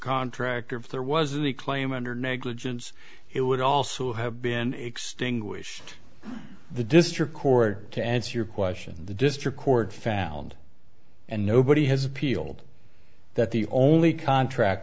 contract or if there was a claim under negligence it would also have been extinguished the district court to answer your question the district court found and nobody has appealed that the only contract